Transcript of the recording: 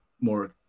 more